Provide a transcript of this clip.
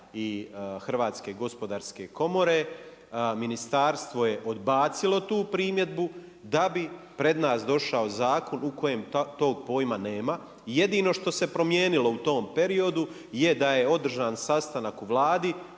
i Hrvatske gospodarske komore, Ministarstvo je odbacilo tu primjedbu da bi pred nas došao Zakon u kojem tog pojma nema jedino što se promijenilo u tom periodu je da je održan sastanak u Vladi,